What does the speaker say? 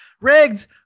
Rigged